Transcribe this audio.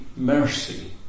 Mercy